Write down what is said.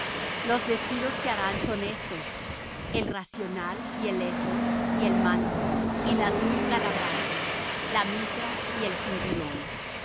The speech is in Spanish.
los vestidos que harán son estos el racional y el ephod y el manto y la túnica labrada la mitra y el cinturón